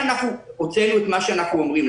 לכן פרסמנו את מה שאנחנו אומרים.